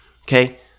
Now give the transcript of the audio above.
Okay